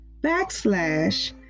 backslash